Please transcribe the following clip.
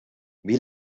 wie